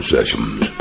Sessions